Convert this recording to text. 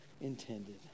intended